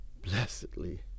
Blessedly